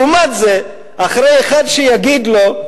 לעומת זה, אחרי אחד שיגיד לו: